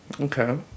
Okay